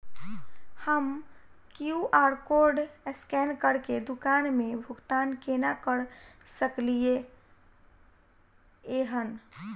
हम QR code scan करके दुकान मे भुगतान केना करऽ सकलिये एहन?